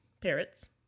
Parrots